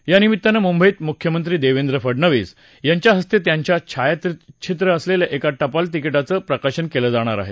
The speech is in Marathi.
या निमित्तानं मुंबईत मुख्यमंत्री देवेंद्र फडनवीस यांच्या हस्ते त्यांचं छायाचित्र असलेल्या एका टपाल तिकीटाचं प्रकाशन केलं जाणार आहे